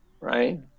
right